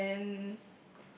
and